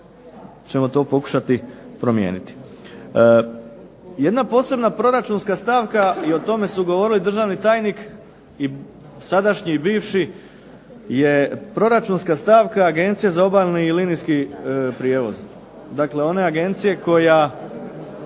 ćemo to pokušati promijeniti. Jedna posebna proračunska stavka i o tome su govorili državni tajnik i sadašnji i bivši je proračunska stavka Agencije za obalni i linijski prijevoz. Dakle, one agencije koja